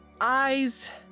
eyes